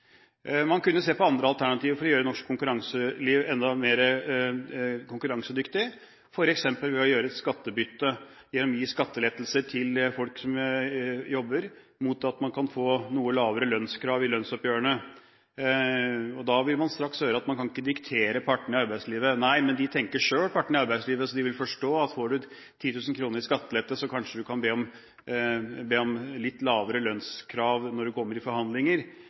Man kunne se på andre alternativer for å gjøre norsk næringsliv enda mer konkurransedyktig, f.eks. ved å gjøre et skattebytte gjennom å gi skattelettelser til folk som jobber, mot at man kan få noe lavere lønnskrav i lønnsoppgjørene. Da vil man straks høre at man ikke kan diktere partene i arbeidslivet. Nei, men partene i arbeidslivet tenker selv, så de vil forstå at får du 10 000 kr i skattelette, kan du kanskje be om litt lavere lønnskrav når du kommer i forhandlinger,